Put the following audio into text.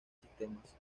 sistemas